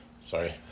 Sorry